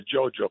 JoJo